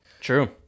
True